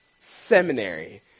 seminary